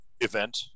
event